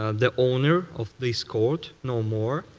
ah the owner of this code no more.